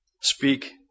Speak